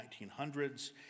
1900s